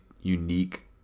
unique